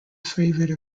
favourite